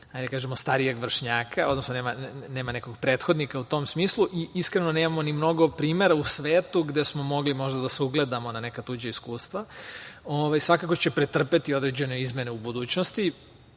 starijeg vršnjaka, odnosno nema nekog prethodnika u tom smislu i, iskreno, nemamo ni mnogo primera u svetu gde smo mogli možda da se ugledamo na neka tuđa iskustva, svakako će pretrpeti određene izmene u budućnosti. Sam